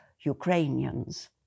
Ukrainians